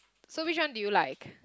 so which one do you like